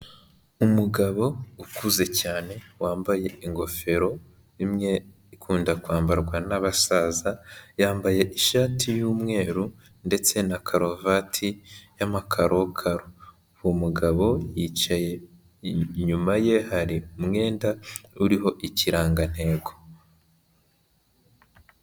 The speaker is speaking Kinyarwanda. Umugabo ukuze cyane, wambaye ingofero imwe ikunda kwambarwa n'abasaza, yambaye ishati y'umweru ndetse na karuvati y'amakarokaro, uwo mugabo yicaye inyuma ye hari umwenda uriho ikirangantego.